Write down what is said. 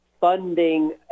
funding